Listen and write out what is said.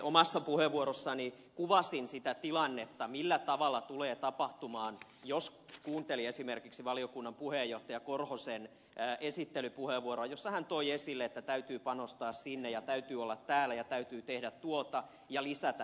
omassa puheenvuorossani kuvasin sitä tilannetta millä tavalla tulee tapahtumaan jos käy niin kuin kuulimme esimerkiksi valiokunnan puheenjohtajan korhosen esittelypuheenvuorossa jossa hän toi esille että täytyy panostaa sinne ja täytyy olla täällä ja täytyy tehdä tuota ja lisätä tänne